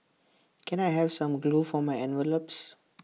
can I have some glue for my envelopes